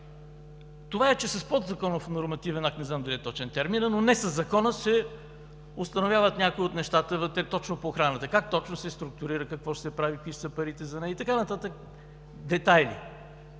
е, че с подзаконов нормативен акт – не знам дали е точен терминът, но не със Закона се установяват някои от нещата вътре точно по охраната – как точно се структурира, какво ще се прави, какви ще са парите за нея и така нататък, детайли.